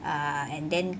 ah and then